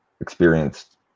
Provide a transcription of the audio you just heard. experienced